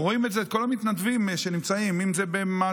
אנחנו רואים את זה אצל כל המתנדבים, אם זה במד"א,